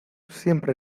siempre